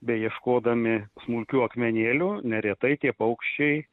beieškodami smulkių akmenėlių neretai tie paukščiai